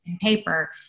paper